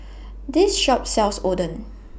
This Shop sells Oden